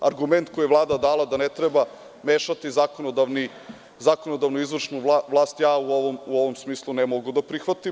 Argument koji je Vlada dala da ne treba mešati zakonodavnu i izvršnu vlast, u ovom smislu ne mogu da prihvatim.